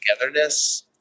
togetherness